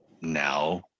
now